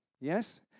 yes